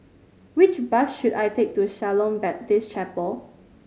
which bus should I take to Shalom Baptist Chapel